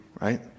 right